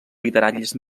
literàries